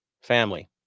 family